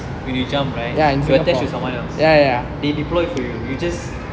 when you jump right you attach with someone else they deploy for you you just